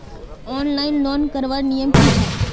Online loan करवार नियम की छे?